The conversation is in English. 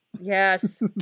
Yes